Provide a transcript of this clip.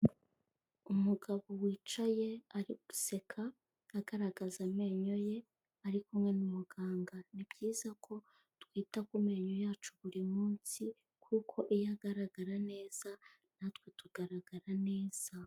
Umugabo wicaye ari guseka agaragaza amenyo ye ari kumwe n'umuganga, ni byiza ko twita ku menyo yacu buri munsi, kuko iyo agaragara neza natwe tugaragara neza.